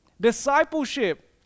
Discipleship